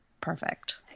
perfect